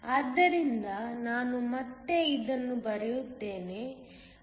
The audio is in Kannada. ಆದ್ದರಿಂದ ನಾನು ಮತ್ತೆ ಅದನ್ನು ಬರೆಯುತ್ತೇನೆ